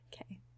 Okay